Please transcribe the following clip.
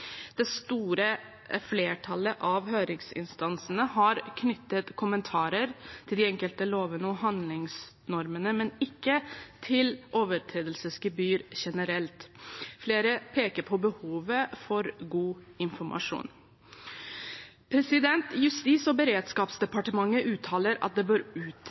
store flertallet av høringsinstansene har knyttet kommentarer til de enkelte lovene og handlingsnormene, men ikke til overtredelsesgebyr generelt. Flere peker på behovet for god informasjon. Justis- og beredskapsdepartementet uttaler at det bør